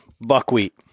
Buckwheat